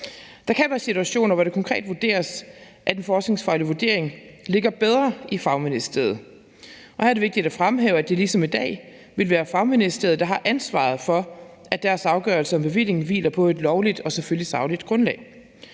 Der kan være situationer, hvor det konkret vurderes, at en forskningsfaglig vurdering ligger bedre i fagministeriet. Og her er det vigtigt at fremhæve, at det ligesom i dag vil være fagministeriet, der har ansvaret for, at deres afgørelser om bevilling hviler på et lovligt og selvfølgelig sagligt grundlag.